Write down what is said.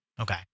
Okay